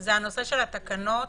זה הנושא של התקנות,